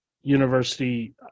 university